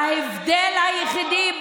ההבדל היחידי,